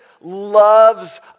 loves